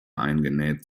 eingenäht